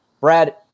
Brad